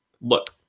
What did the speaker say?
look